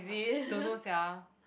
don't know sia